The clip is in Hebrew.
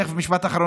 נא לסיים,